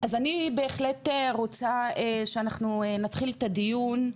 אז אני בהחלט רוצה שאנחנו נתחיל את הדיון,